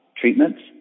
treatments